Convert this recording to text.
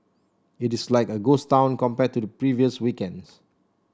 it is like a ghost town compared to the previous weekends